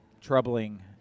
troubling